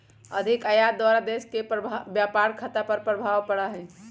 अधिक आयात द्वारा देश के व्यापार खता पर खराप प्रभाव पड़इ छइ